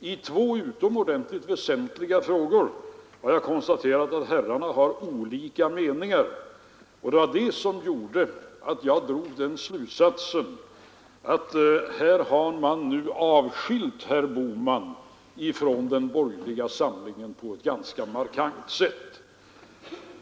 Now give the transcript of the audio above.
I två utomordentligt väsentliga frågor har jag konstaterat att herrarna har olika meningar, och det var det som gjorde att jag drog den slutsatsen att man här har avskilt herr Bohman från den borgerliga samlingen på ett ganska markant sätt.